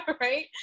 right